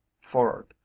forward